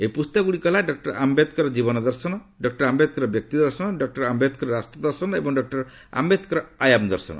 ଏହି ପୁସ୍ତକଗୁଡ଼ିକ ହେଲା ଡକ୍ଟର ଆୟେଦକର ଜୀବନ ଦର୍ଶନ ଡକ୍ଟର ଆମ୍ଘେଦକର ବ୍ୟକ୍ତି ଦର୍ଶନ ଡକ୍ଟର ଆମ୍ଘେଦକର ରାଷ୍ଟ୍ର ଦର୍ଶନ ଏବଂ ଡକୁର ଆୟେଦକର ଆୟାମ ଦର୍ଶନ